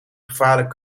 gevaarlijk